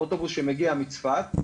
אוטובוס שמגיע מצפת,